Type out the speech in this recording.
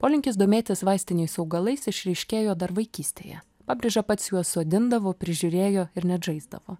polinkis domėtis vaistiniais augalais išryškėjo dar vaikystėje pabrėža pats juos sodindavo prižiūrėjo ir net žaisdavo